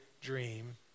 dream